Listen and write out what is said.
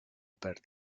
perd